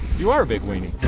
you are a big weiny.